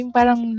Parang